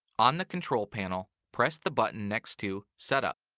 on the control panel, press the button next to setup.